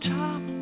top